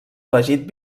elegit